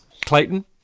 Clayton